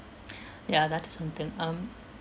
ya that is one thing um